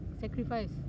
sacrifice